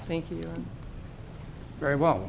thank you very well